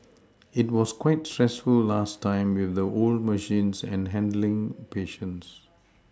it was quite stressful last time with the old machines and handling patients